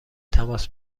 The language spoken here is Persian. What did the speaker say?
تماس